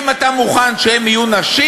אם אתה מוכן שהם יהיו נשים,